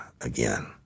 again